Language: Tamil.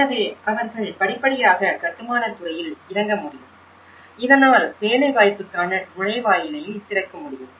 எனவே அவர்கள் படிப்படியாக கட்டுமானத் துறையில் இறங்க முடியும் இதனால் வேலைவாய்ப்புக்கான நுழைவாயிலையும் திறக்க முடியும்